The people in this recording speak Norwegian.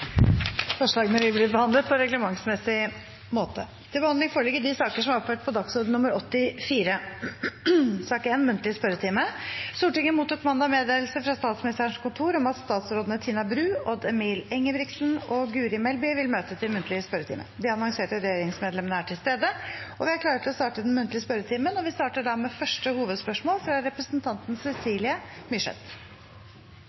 Forslagene vil bli behandlet på reglementsmessig måte. Stortinget mottok mandag meddelelse fra Statsministerens kontor om at statsrådene Tina Bru, Odd Emil Ingebrigtsen og Guri Melby vil møte til muntlig spørretime. De annonserte regjeringsmedlemmene er til stede, og vi er klare til å starte den muntlige spørretimen. Vi starter da med første hovedspørsmål, fra representanten